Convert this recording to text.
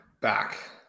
back